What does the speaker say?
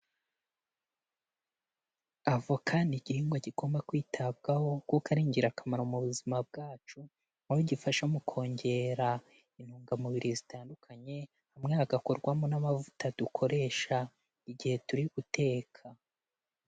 Avoka ni igihingwa kigomba kwitabwaho kuko ari ingirakamaro mu buzima bwacu, aho gifasha mu kongera intungamubiri zitandukanye, hamwe hagakorwamo n'amavuta dukoresha igihe turi guteka.